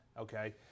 okay